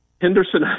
Henderson